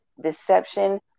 deception